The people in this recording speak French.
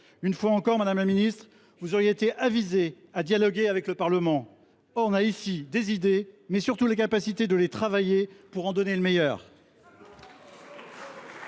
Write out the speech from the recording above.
Une fois encore, madame la ministre, vous auriez été bien avisée de dialoguer avec le Parlement : nous avons ici des idées, et surtout la capacité de les travailler pour en tirer le meilleur